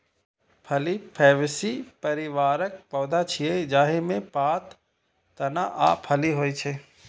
फली फैबेसी परिवारक पौधा छियै, जाहि मे पात, तना आ फली होइ छै